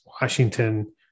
Washington